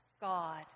God